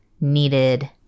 needed